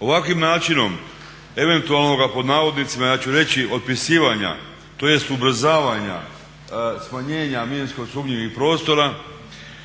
Ovakvim načinom eventualnog pod navodnicima ja ću reći otpisivanja tj. ubrzavanja smanjenja minsko sumnjivih prostora